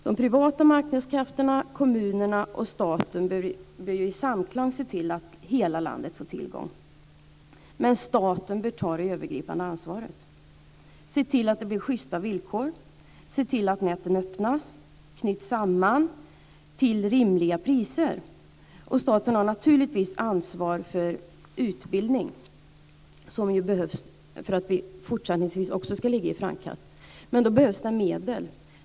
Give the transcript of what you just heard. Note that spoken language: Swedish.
De privata marknadskrafterna, kommunerna och staten bör i samklang se till att hela landet får tillgång, men staten bör ta det övergripande ansvaret och se till att det blir schysta villkor och att näten öppnas och knyts samman till rimliga priser. Staten har naturligtvis ansvar för utbildning, som behövs för att vi också fortsättningsvis ska ligga i framkanten. Då behövs det medel.